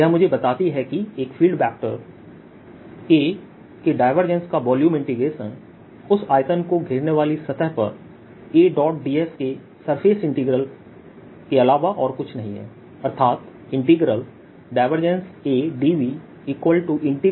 यह मुझे बताती है कि एक वेक्टर फील्ड A के डायवर्जेंस का वॉल्यूम इंटीग्रेशन उस आयतन को घेरने वाली सतह पर A ds के सर्फेस इंटीग्रल अलावा और कुछ नहीं है अर्थात A dVAdS